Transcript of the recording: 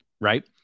right